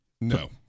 No